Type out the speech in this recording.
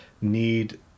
need